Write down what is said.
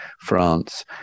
France